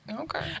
Okay